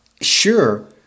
sure